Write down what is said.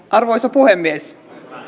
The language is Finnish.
arvoisa puhemies